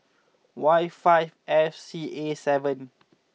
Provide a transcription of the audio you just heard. Y five F C A seven